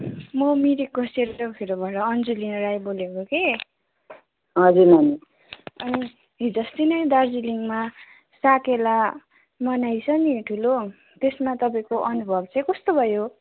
म मिरिकको सेरोफेरोबाट अञ्जुलिना राई बोलेको कि अनि हिजो अस्ति नै दार्जिलिङमा साकेला मनाएछ नि ठुलो त्यसमा तपाईँको अनुभव चाहिँ कस्तो भयो